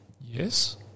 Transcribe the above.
Yes